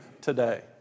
today